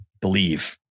believe